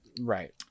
right